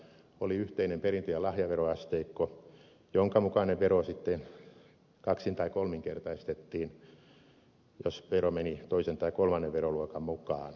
oli yhteinen perintö ja lahjaveroasteikko jonka mukainen vero sitten kaksin tai kolminkertaistettiin jos vero meni toisen tai kolmannen veroluokan mukaan